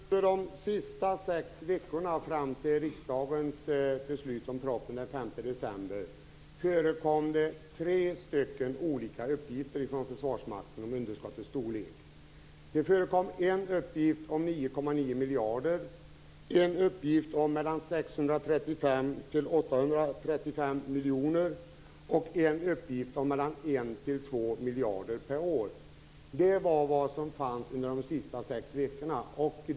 Fru talman! Under de sista sex veckorna fram till riksdagens beslut om propositionen den 5 december förekom det tre stycken olika uppgifter från Försvarsmakten om underskottets storlek. Det förekom en uppgift om 9,9 miljarder, en uppgift om 635-835 miljoner och en uppgift om 1-2 miljarder per år. Det var vad som fanns under de sista sex veckorna.